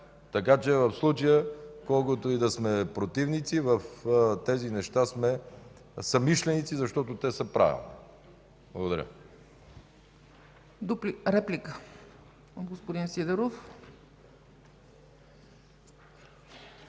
Така че в случая колкото и да сме противници в тези неща сме съмишленици, защото те са правилни. Благодаря.